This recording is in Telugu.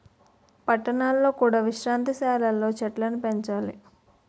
పట్టణాలలో కూడా విశ్రాంతి సాలలు లో చెట్టులను పెంచాలి